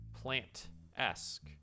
plant-esque